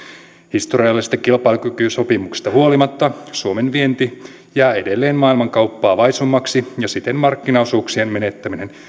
historiallisesta kilpailukykysopimuksesta huolimatta suomen vienti jää edelleen maailmankauppaa vaisummaksi ja siten markkinaosuuksien menettäminen